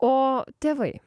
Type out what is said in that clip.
o tėvai